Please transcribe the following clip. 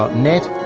net.